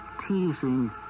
Teasing